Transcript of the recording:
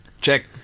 Check